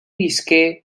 visqué